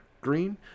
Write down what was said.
Green